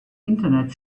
internet